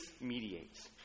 mediates